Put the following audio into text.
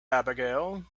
abigail